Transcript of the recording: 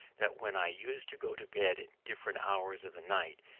that when i used to go to bed at different hours of the night,